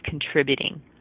contributing